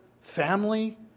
family